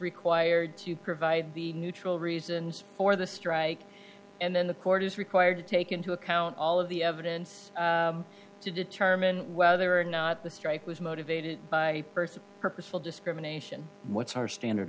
required to provide the neutral reasons for the strike and then the court is required to take into account all of the evidence to determine whether or not the strike was motivated by st purposeful discrimination what's our standard